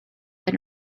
been